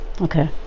Okay